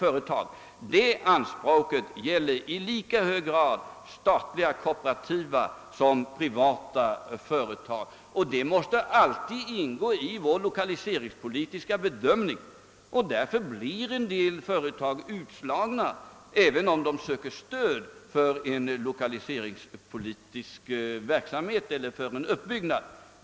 Det är anspråk som måste uppfyllas såväl när det gäller statliga som kooperativa och privata företag, och det måste alltid ingå i vår lokaliseringspolitiska bedömning. Därför blir också en del företag utslagna, när de söker stöd för en lokaliseringspolitisk uppbyggnad.